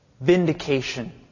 vindication